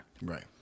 Right